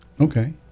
Okay